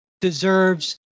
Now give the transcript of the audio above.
deserves